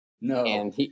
No